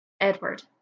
Edward